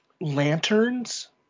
Lanterns